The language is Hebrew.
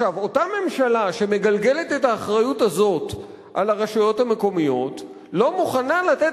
אותה ממשלה שמגלגלת את האחריות הזאת על הרשויות המקומיות לא מוכנה לתת